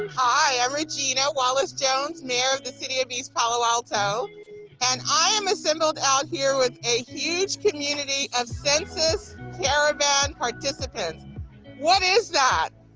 hi i'm regina wallace jones mayor of the city of east palo alto and i am assembled out here with a huge community of census caravan participants what is that?